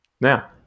Now